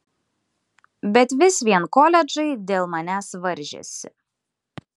bet vis vien koledžai dėl manęs varžėsi